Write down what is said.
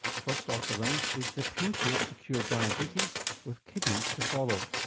first off the rank is the pancreas to cure diabetes with kidneys to follow.